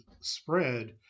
spread